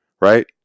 right